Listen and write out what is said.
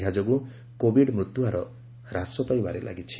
ଏହାଯୋଗୁଁ କୋଭିଡ ମୃତ୍ୟୁହାର ହ୍ରାସ ପାଇବାରେ ଲାଗିଛି